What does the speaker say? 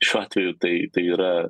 šiuo atveju tai tai yra